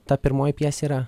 ta pirmoji pjesė yra